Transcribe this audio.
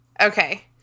Okay